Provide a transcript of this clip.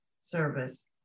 Service